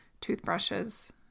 toothbrushes